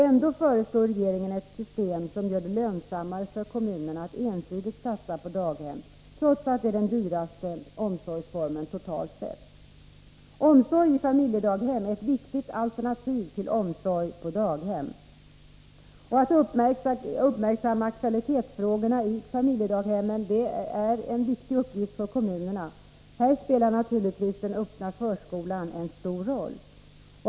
Ändå föreslår regeringen ett system som gör det lönsammare för kommunerna att ensidigt satsa på daghem, trots att detta är den totalt sett dyraste omsorgsformen. Omsorg i familjedaghem är ett viktigt alternativ till omsorg på daghem. Att uppmärksamma kvalitetsfrågorna i familjedaghemmen är en viktig uppgift för kommunerna. Här spelar naturligtvis den öppna förskolan en stor roll.